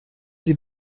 sie